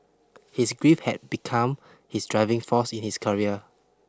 his grief had become his driving force in his career